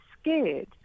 scared